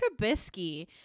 Trubisky